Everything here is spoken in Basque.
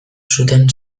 zuten